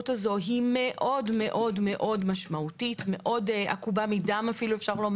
מאוד-מאוד משמעותית ואפילו אפשר לומר עקובה מדם.